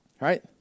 Right